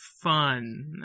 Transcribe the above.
fun